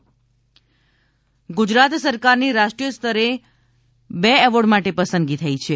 Gujarat award Gujarat સરકારની રાષ્ટ્રીય સ્તરે બે એવોર્ડ માટે પસંદગી થઇ છે